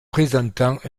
présentant